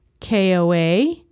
KOA